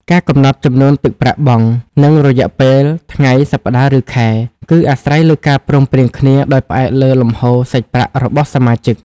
ការកំណត់ចំនួនទឹកប្រាក់បង់ និងរយៈពេល (ថ្ងៃ សប្ដាហ៍ ឬខែ) គឺអាស្រ័យលើការព្រមព្រៀងគ្នាដោយផ្អែកលើលំហូរសាច់ប្រាក់របស់សមាជិក។